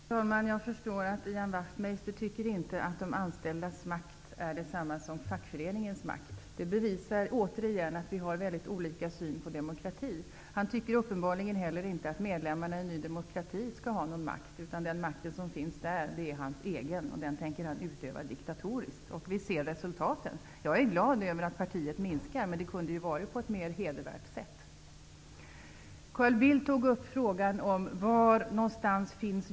Fru talman! Jag förstår att Ian Wachtmeister inte tycker att de anställdas makt är detsamma som fackföreningens makt. Det bevisar återigen att vi har olika syn på demokrati. Han tycker uppenbarligen inte heller att medlemmarna i Ny demokrati skall ha någon makt, utan den makt som finns där är hans egen, och den tänker han utöva diktatoriskt. Vi ser också resultaten av detta. Jag är glad över att hans parti minskar, men det kunde ha skett på ett mera hedervärt sätt. Carl Bildt tog upp frågan var jobben finns.